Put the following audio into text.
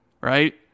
right